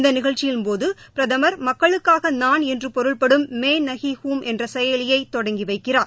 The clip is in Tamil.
இந்தநிகழ்ச்சியின்போதுபிரதமர் மக்களுக்காகநான் என்றுபொருள்படும் மைநஹிஹும் என்றசெயலியைதொடங்கிவைக்கிறார்